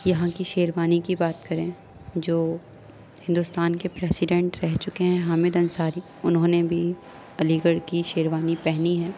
یہاں کی شیروانی کی بات کریں جو ہندوستان کے پریسیڈنٹ رہ چکے ہیں حامد انصاری انہوں نے بھی علی گڑھ کی شیروانی پہنی ہے